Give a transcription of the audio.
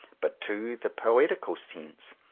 but to the poetical sense.